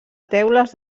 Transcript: teules